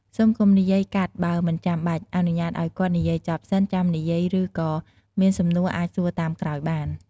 សូមកុំនិយាយកាត់បើមិនចាំបាច់ អនុញ្ញាតឲ្យគាត់និយាយចប់សិនចាំនិយាយឬក៏មានសំណួរអាចសួរតាមក្រោយបាន។